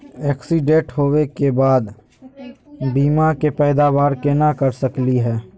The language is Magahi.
एक्सीडेंट होवे के बाद बीमा के पैदावार केना कर सकली हे?